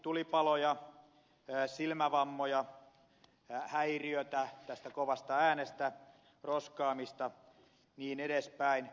tulipaloja silmävammoja häiriötä kovasta äänestä roskaamista ja niin edelleen